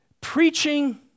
preaching